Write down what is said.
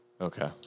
okay